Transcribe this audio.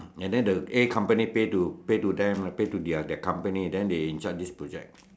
and then the a company pay to pay to them pay to their company then they in charge this project